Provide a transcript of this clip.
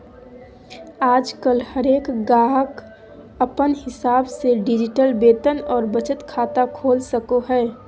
आजकल हरेक गाहक अपन हिसाब से डिजिटल वेतन और बचत खाता खोल सको हय